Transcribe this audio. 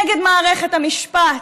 נגד מערכת המשפט,